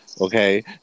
okay